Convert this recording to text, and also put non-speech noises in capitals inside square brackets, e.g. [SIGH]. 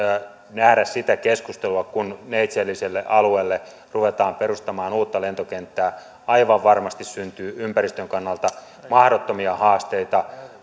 nähdä sitä keskustelua kun neitseelliselle alueelle ruvetaan perustamaan uutta lentokenttää aivan varmasti syntyy ympäristön kannalta mahdottomia haasteita [UNINTELLIGIBLE]